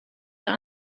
der